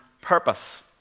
purpose